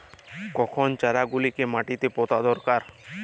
কখন চারা গুলিকে মাটিতে পোঁতা দরকার?